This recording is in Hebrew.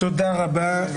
תודה רבה.